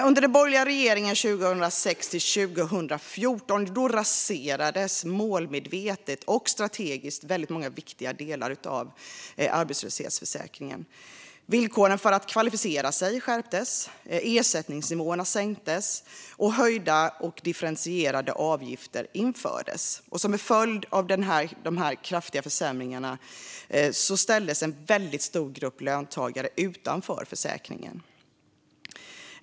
Under den borgerliga regeringen 2006-2014 raserades målmedvetet och strategiskt många viktiga delar av arbetslöshetsförsäkringen. Villkoren för att kvalificera sig skärptes, ersättningsnivåerna sänktes och höjda och differentierade avgifter infördes. Som en följd av dessa kraftiga försämringar ställdes en stor grupp löntagare utanför försäkringen.